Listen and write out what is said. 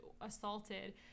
assaulted